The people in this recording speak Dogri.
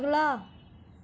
अगला